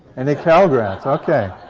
any cal grads? okay.